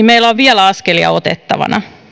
meillä on vielä askelia otettavana